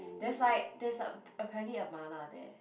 there's like there's a apparently a mala there